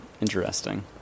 interesting